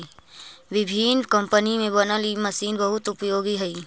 विभिन्न कम्पनी में बनल इ मशीन बहुत उपयोगी हई